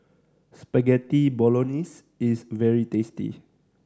Spaghetti Bolognese is very tasty